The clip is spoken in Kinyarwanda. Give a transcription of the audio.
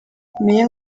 meya